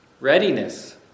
Readiness